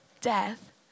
death